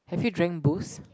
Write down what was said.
have you drank boost